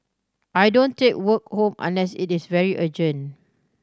I don't take work home unless it is very urgent